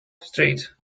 street